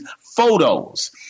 photos